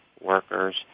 workers